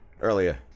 earlier